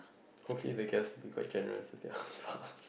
hopefully the guests be quite generous with their ang-baos